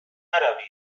نروید